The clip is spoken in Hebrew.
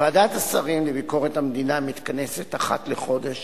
ועדת השרים לביקורת המדינה מתכנסת אחת לחודש